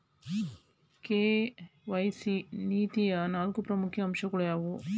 KYC ನೀತಿಯ ನಾಲ್ಕು ಪ್ರಮುಖ ಅಂಶಗಳು ಯಾವುವು?